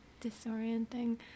Disorienting